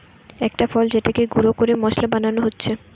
একটা ফল যেটাকে গুঁড়ো করে মশলা বানানো হচ্ছে